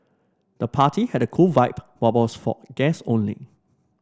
the party had a cool vibe but was for guests only